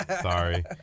sorry